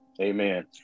Amen